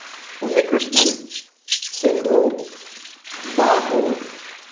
Unnikrishnan Sindhu Babu